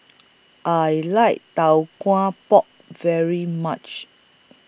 I like Tau Kwa Pau very much